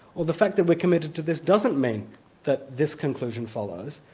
or the fact that we're committed to this doesn't mean that this conclusion follows,